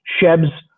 Shebs